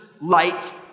light